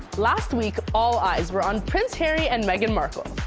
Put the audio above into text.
last week all eyes were on prince harry and meghan markle.